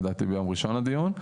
לדעתי ביום ראשון הדיון,